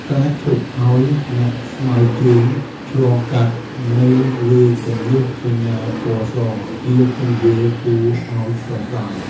ការឈប់ឱ្យអ្នកថ្មើរជើងឆ្លងកាត់នៅលើគំនូសសញ្ញាពណ៌សជាទង្វើគួរឱ្យសរសើរ។